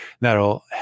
that'll